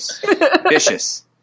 vicious